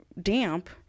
damp